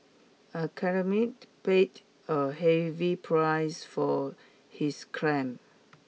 a paid a heavy price for his crime